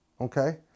okay